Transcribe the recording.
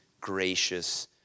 gracious